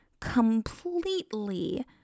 completely